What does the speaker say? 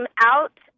out